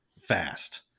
fast